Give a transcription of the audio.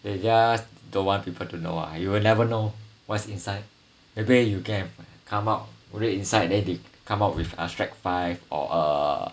they just don't want people to know ah you will never know what's inside the way you go and come out raid inside then they come out with a strike five or err